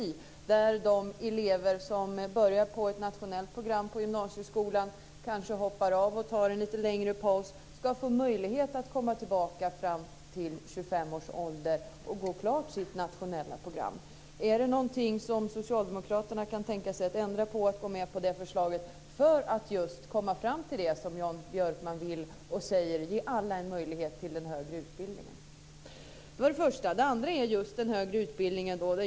Det innebär att de elever som börjar på ett nationellt program på gymnasieskolan, men som kanske hoppar av och tar en lite längre paus, ska få möjlighet att komma tillbaka fram till 25 års ålder och gå klart sitt nationella program. Kan socialdemokraterna tänka sig att ändra sig och gå med på det förslaget för att just komma fram till det Jan Björkman vill när han säger: Ge alla en möjlighet till en högre utbildning! Den andra frågan gäller just den högre utbildningen.